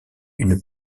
une